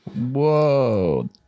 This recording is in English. Whoa